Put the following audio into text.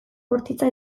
bortitza